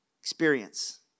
experience